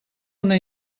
una